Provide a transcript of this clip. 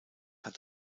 hat